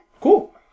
cool